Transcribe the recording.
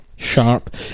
sharp